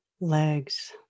legs